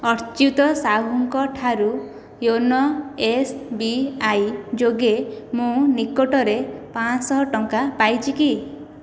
ଅଚ୍ୟୁତ ସାହୁଙ୍କ ଠାରୁ YONO S B I ଯୋଗେ ମୁଁ ନିକଟରେ ପାଞ୍ଚଶହ ଟଙ୍କା ପାଇଛି କି